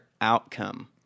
outcome